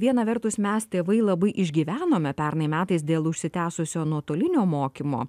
viena vertus mes tėvai labai išgyvenome pernai metais dėl užsitęsusio nuotolinio mokymo